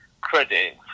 credit